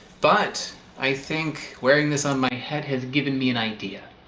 but i think wearing this on my head has given me an idea